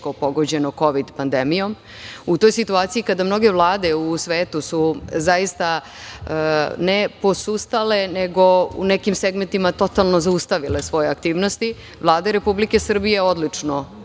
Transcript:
u toj situaciji kada mnoge vlade u svetu su ne posustale, nego u nekim segmentima totalno zaustavile svoje aktivnosti, Vlada Republike Srbije odlučno